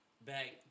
back